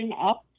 up